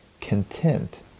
content